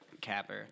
capper